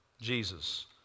Jesus